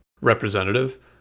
representative